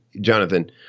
Jonathan